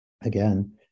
Again